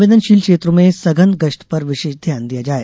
संवेदनशील क्षेत्रों में सघन गश्त पर विशेष ध्यान दिया जाए